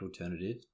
alternative